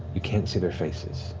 you can't see their faces,